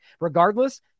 Regardless